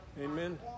Amen